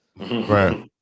Right